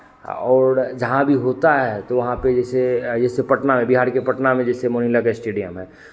और जहाँ भी होता है तो वहाँ पे जैसे जैसे पटना में बिहार के पटना में जैसे लगे स्टेडियम है